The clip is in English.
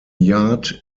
yard